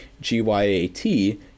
G-Y-A-T